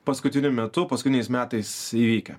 paskutiniu metu paskutiniais metais įvykę